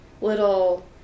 little